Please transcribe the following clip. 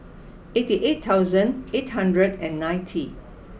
eighty eight thousand eight hundred and ninety